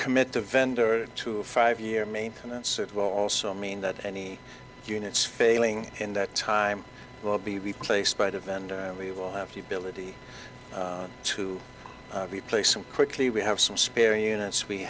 commit the vendor to five year maintenance it will also mean that any units failing in that time will be replaced by the vendor and we will have the ability to replace them quickly we have some spearing units we